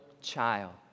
child